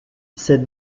cette